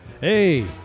hey